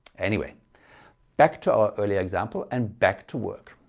anyway back to our earlier example and back to work.